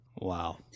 Wow